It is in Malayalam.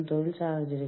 തൊഴിൽ ബന്ധങ്ങൾ